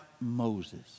Moses